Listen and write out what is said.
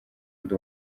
ndi